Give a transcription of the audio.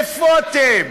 איפה אתם?